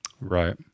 Right